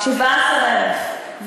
17,000,